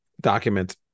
document